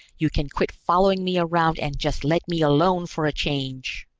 you can quit following me around and just let me alone for a change!